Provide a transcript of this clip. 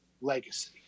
legacy